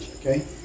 okay